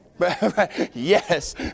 Yes